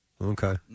Okay